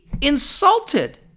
insulted